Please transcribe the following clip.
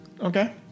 Okay